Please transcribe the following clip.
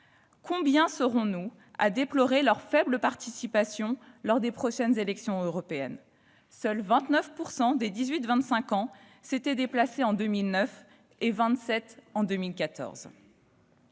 Combien serons-nous à déplorer leur faible participation lors des prochaines élections européennes ? Seuls 29 % des dix-huit à vingt-cinq ans s'étaient déplacés en 2009 et 27 % en 2014.